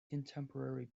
contemporary